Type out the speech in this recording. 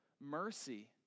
mercy